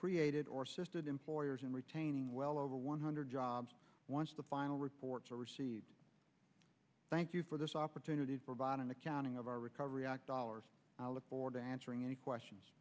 created or system employers and retaining well over one hundred jobs once the final report to receive thank you for this opportunity to provide an accounting of our recovery act dollars i look forward to answering any questions